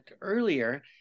earlier